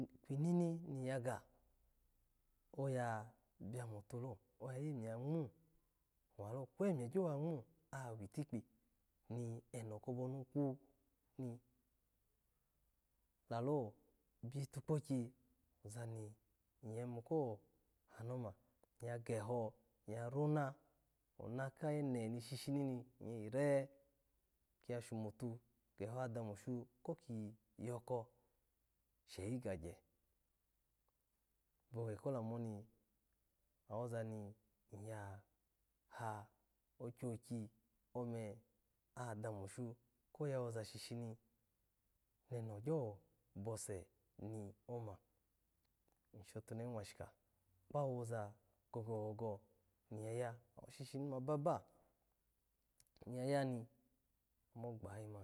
Kwini ni ya ga oya ya biya mi okelo oyo yemiya ya ngino wallo, kwemiya gyo wangmo ahitikpi ni eno kobo nu kwun ni, lalo bitikpoki oza ni iya yimu ko he ma, iya geho iya roma, ona ke ne nishishi ni iya yire, ki ya shomutu, igeho oya dami oshun ko ki yoko sheyi kagye, vowe ko lamoni, oza ni yaha okyekyi ome oya dami oshun koya doza shishini, ogyo bose ni ema, ishatunaha nwashika kpawoza gogo-gogo ni ya ha, owo shi shi baba ni ya ya mo gbayayima.